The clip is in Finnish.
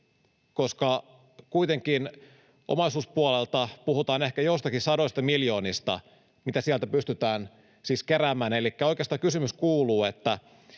koska kuitenkin omaisuuspuolelta puhutaan ehkä joistakin sadoista miljoonista, mitä sieltä pystytään siis keräämään, elikkä oikeastaan kysymys kuuluu,